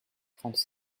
trente